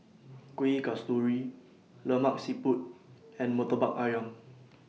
Kuih Kasturi Lemak Siput and Murtabak Ayam